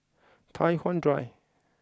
Tai Hwan Drive